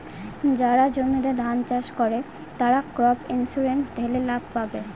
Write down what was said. যারা জমিতে ধান চাষ করে, তারা ক্রপ ইন্সুরেন্স ঠেলে লাভ পাবে